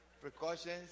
precautions